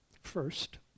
first